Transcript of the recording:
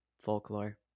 folklore